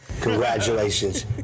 Congratulations